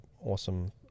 awesome